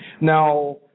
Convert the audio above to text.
Now